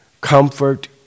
Comfort